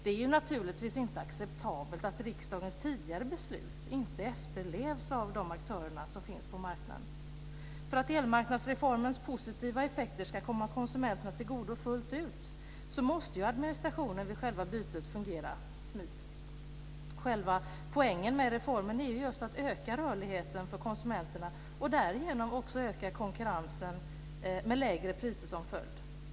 Det är naturligtvis inte acceptabelt att riksdagens tidigare beslut inte efterlevs av de aktörer som finns på marknaden. För att elmarknadsreformens positiva effekter ska komma konsumenterna till godo fullt ut måste ju administrationen vid själva bytet fungera smidigt. Själva poängen med reformen är just att öka rörligheten för konsumenterna och därigenom också öka konkurrensen med lägre priser som följd.